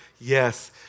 yes